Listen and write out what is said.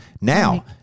Now